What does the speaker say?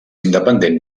independent